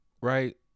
Right